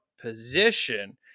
position